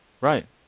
Right